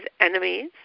enemies